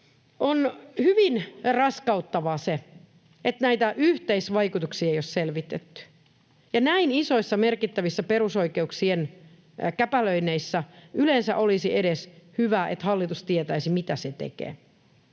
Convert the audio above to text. On hyvin raskauttavaa se, että näitä yhteisvaikutuksia ei ole selvitetty. Ja näin isoissa, merkittävissä perusoikeuksien käpälöinneissä yleensä olisi edes hyvä, että hallitus tietäisi, mitä se tekee.